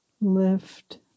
lift